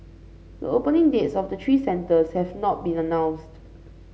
the opening dates of the three centres have not been announced